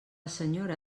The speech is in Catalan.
senyora